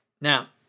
Now